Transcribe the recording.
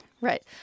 Right